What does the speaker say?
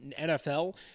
NFL